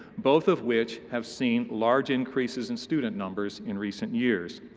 both of which have seen large increases in student numbers in recent years.